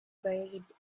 buried